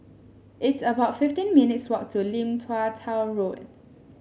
it's about fifteen minutes' walk to Lim Tua Tow Road